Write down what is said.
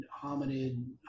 hominid